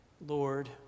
Lord